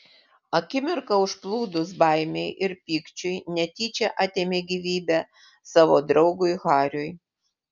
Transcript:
akimirką užplūdus baimei ir pykčiui netyčia atėmė gyvybę savo draugui hariui